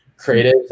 creative